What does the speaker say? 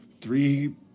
three